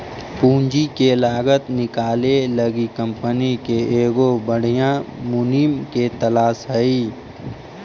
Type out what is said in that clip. पूंजी के लागत निकाले लागी कंपनी के एगो बधियाँ मुनीम के तलास हई